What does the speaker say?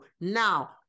Now